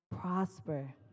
prosper